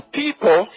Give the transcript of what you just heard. people